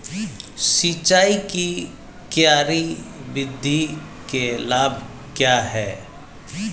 सिंचाई की क्यारी विधि के लाभ क्या हैं?